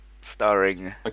starring